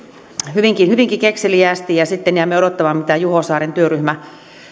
hyvinkin hyvinkin kekseliäästi ja sitten jäämme odottamaan mitä juho saaren työryhmä